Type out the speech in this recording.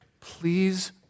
Please